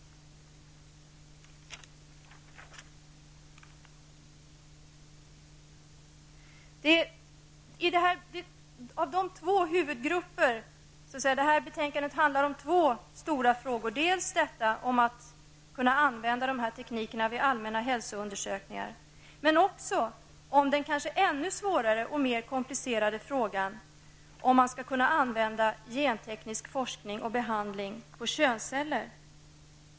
Detta betänkande handlar om två stora frågor. Den första gäller frågan om att kunna använda tekniken vid allmänna hälsoundersökningar. Den andra frågan är kanske ännu svårare och mer komplicerad, nämligen om man skall kunna använda genteknisk forskning och behandling på könsceller.